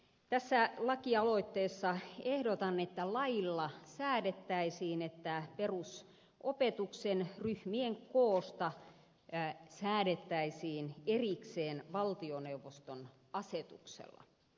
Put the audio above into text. tässä lakialoitteessa ehdotan että lailla säädettäisiin että perusopetuksen ryhmien koosta säädettäisiin erikseen valtioneuvoston asia tuxea